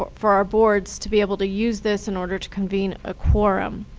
for our boards to be able to use this in order to convene a quorum.